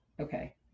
Okay